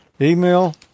email